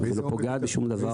והיא לא פוגעת בשום דבר.